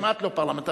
כמעט לא פרלמנטרית.